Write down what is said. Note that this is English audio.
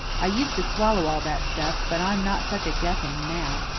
i used to swallow all that stuff, but i'm not such a guffin now.